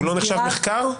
הוא לא נחשב נחקר?